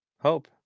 Hope